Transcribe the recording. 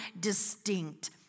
distinct